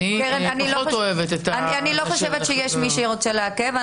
אני פחות אוהבת --- אני לא חושבת שיש מי שרוצה לעכב.